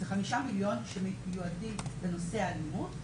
זה 5 מיליון שמיועדים לנושא אלימות,